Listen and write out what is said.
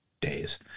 days